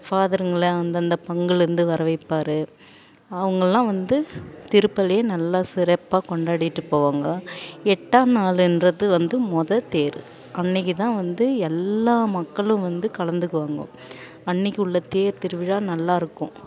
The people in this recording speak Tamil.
ஃபாதருங்களை அந்தந்த பங்குலிருந்து வர வைப்பார் அவங்கள்லாம் வந்து திருப்பள்ளியை நல்லா சிறப்பாக கொண்டாடிவிட்டுப் போவாங்கோ எட்டாம் நாளுன்றது வந்து மொதல் தேர் அன்றைக்கி தான் வந்து எல்லா மக்களும் வந்து கலந்துக்குவாங்கோ அன்றைக்கி உள்ள தேர்த் திருவிழா நல்லாயிருக்கும்